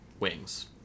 Wings